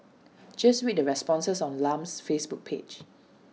just read the responses on Lam's Facebook page